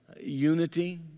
Unity